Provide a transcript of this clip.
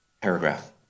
paragraph